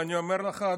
ואני אומר לך,